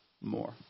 more